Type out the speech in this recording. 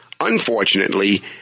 Unfortunately